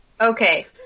Okay